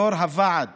יו"ר הוועד